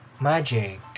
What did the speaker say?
magic